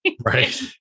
right